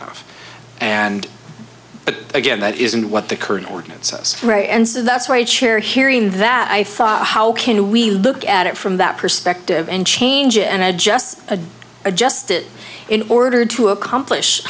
enough and but again that isn't what the current ordinance us right and so that's why a chair hearing that i thought how can we look at it from that perspective and change it and adjust a adjusted in order to accomplish